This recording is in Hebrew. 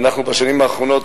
בשנים האחרונות,